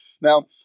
Now